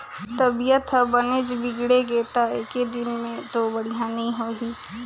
तबीयत ह बनेच बिगड़गे त एकदिन में तो बड़िहा नई होही